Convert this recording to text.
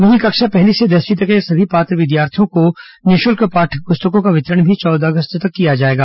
वहीं कक्षा पहली से दसवीं तक के सभी पात्र विद्यार्थियों को निःशुल्क पाठ्य पुस्तकों का वितरण भी चौदह अगस्त तक किया जाएगा